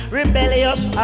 rebellious